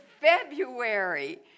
February